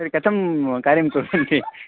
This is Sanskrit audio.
तर्हि कथं कार्यं कुर्वन्ति